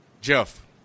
Jeff